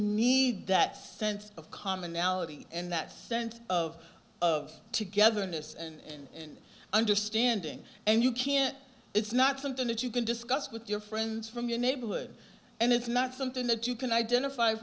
need that sense of commonality and that sense of of togetherness and understanding and you can't it's not something that you can discuss with your friends from your neighborhood and it's not something that you can identify